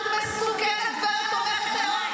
את מסוכנת, גברת תומכת טרור.